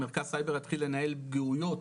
המרכז סייבר יתחיל לנהל פגיעיות,